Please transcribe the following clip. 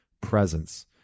presence